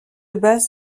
base